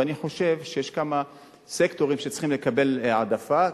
ואני חושב שיש כמה סקטורים שצריכים לקבל העדפה,